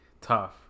tough